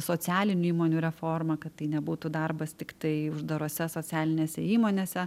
socialinių įmonių reforma kad tai nebūtų darbas tiktai uždarose socialinėse įmonėse